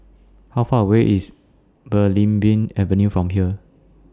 How Far away IS Belimbing Avenue from here